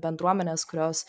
bendruomenės kurios